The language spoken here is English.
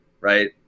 right